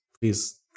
please